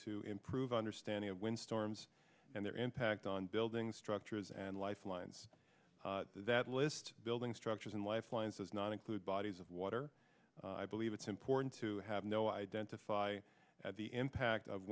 to improve understanding of wind storms and their impact on building structures and lifelines that list building structures in lifelines does not include bodies of water i believe it's important to have no identify at the impact of